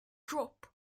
drop